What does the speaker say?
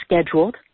scheduled